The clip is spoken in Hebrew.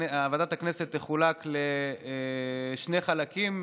ועדת הכנסת תחולק לשני חלקים: